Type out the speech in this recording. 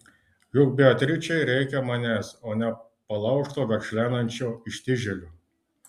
juk beatričei reikia manęs o ne palaužto verkšlenančio ištižėlio